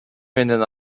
менен